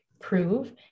prove